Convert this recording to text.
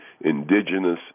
indigenous